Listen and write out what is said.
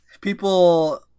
People